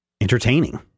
entertaining